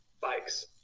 bikes